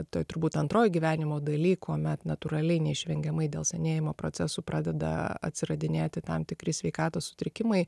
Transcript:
toj turbūt antroj gyvenimo daly kuomet natūraliai neišvengiamai dėl senėjimo procesų pradeda atsiradinėti tam tikri sveikatos sutrikimai